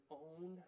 own